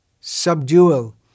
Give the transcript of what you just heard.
subdual